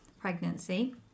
pregnancy